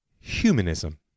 humanism